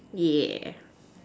yeah